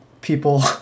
people